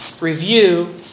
review